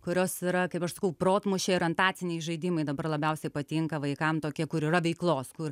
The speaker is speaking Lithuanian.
kurios yra kaip aš sakau protmūšiai orientaciniai žaidimai dabar labiausiai patinka vaikam tokie kur yra veiklos kur